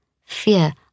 Fear